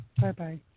Bye-bye